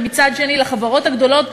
ומצד שני החברות הגדולות,